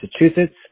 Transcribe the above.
Massachusetts